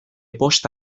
bost